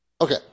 okay